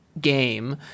game